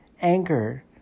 Anchor